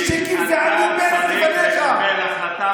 אתה צריך לקבל החלטה מה אתה.